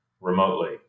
remotely